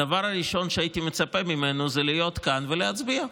הדבר הראשון שהייתי מצפה ממנו זה להיות כאן ולהצביע.